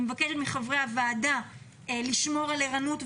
המתנו עד שיגיעו התשלומים האלה,